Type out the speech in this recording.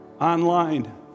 online